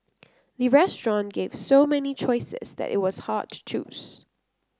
the restaurant gave so many choices that it was hard to choose